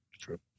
true